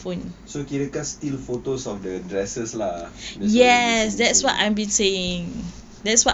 so kira kau still photos of the dresses lah that's what you been saying